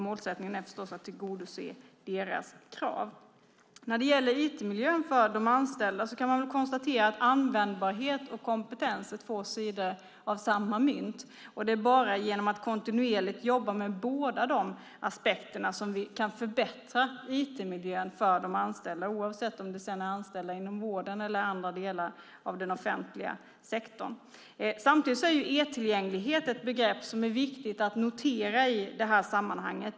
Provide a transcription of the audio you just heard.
Målsättningen är förstås att tillgodose deras krav. När det gäller IT-miljön för de anställda kan man väl konstatera att användbarhet och kompetens är två sidor av samma mynt. Det är bara genom att kontinuerligt jobba med båda de aspekterna som vi kan förbättra IT-miljön för de anställda, oavsett om det är anställda inom vården eller andra delar av den offentliga sektorn. Samtidigt är e-tillgänglighet ett begrepp som är viktigt att notera i det här sammanhanget.